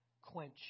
quench